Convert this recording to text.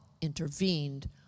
intervened